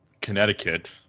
Connecticut